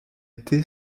été